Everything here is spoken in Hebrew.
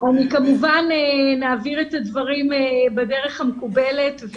כמובן נעביר את הדברים בדרך המקובלת.